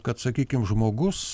kad sakykim žmogus